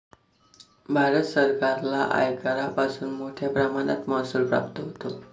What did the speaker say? भारत सरकारला आयकरापासून मोठया प्रमाणात महसूल प्राप्त होतो